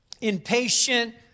impatient